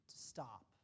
stop